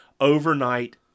overnight